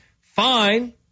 Fine